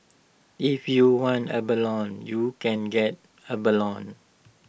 if you want abalone you can get abalone